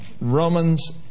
Romans